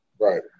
Right